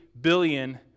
billion